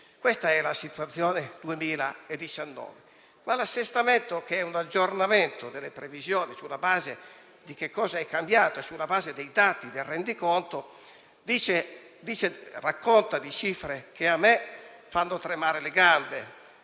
Questa è la situazione del 2019. Tuttavia, l'assestamento di bilancio, che è un aggiornamento delle previsioni sulla base di cosa è cambiato in base ai dati del rendiconto, raccolta di cifre che a me fanno tremare le gambe: